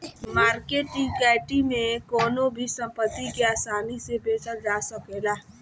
market equity में कवनो भी संपत्ति के आसानी से बेचल जा सकेला